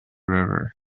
river